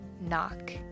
knock